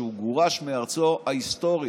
שהוא גורש מארצו ההיסטורית.